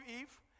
Eve